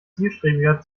zielstrebiger